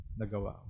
nagawa